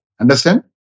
Understand